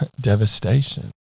devastation